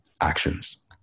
actions